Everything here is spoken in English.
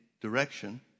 direction